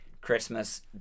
Christmas